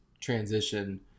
transition